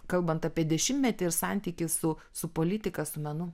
kalbant apie dešimtmetį ir santykį su su politika su menu